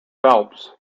phelps